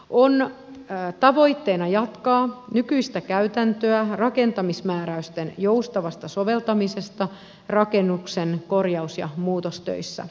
on tavoitteena jatkaa nykyistä käytäntöä rakentamismääräysten joustavasta soveltamisesta rakennuksen korjaus ja muutostöissä